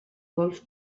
vols